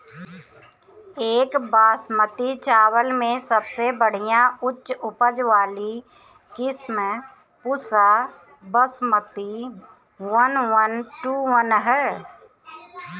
एक बासमती चावल में सबसे बढ़िया उच्च उपज वाली किस्म Pusa Basmati one one two one ह?